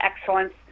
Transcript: excellence